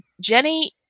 Jenny